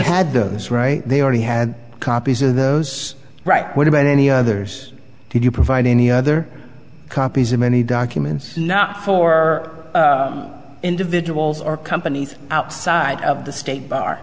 had this right they already had copies of those right what about any others did you provide any other copies of many documents not for individuals or companies outside of the state bar